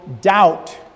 doubt